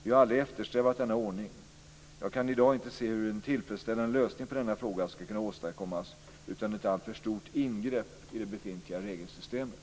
Vi har aldrig eftersträvat denna ordning. Jag kan i dag inte se hur en tillfredsställande lösning på denna fråga ska kunna åstadkommas utan ett alltför stort ingrepp i det befintliga regelsystemet.